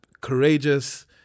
courageous